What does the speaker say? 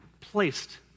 placed